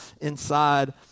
inside